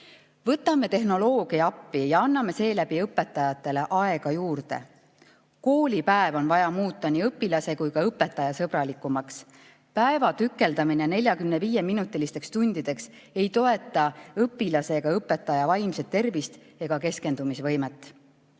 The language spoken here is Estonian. Võtame tehnoloogia appi ja anname seeläbi õpetajatele aega juurde. Koolipäev on vaja muuta nii õpilase‑ kui ka õpetajasõbralikumaks. Päeva tükeldamine 45‑minutilisteks tundideks ei toeta õpilase ega õpetaja vaimset tervist ega keskendumisvõimet.